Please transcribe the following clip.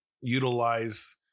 utilize